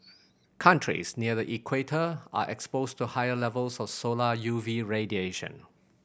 countries near the equator are exposed to higher levels of solar U V radiation